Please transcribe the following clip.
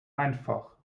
einfach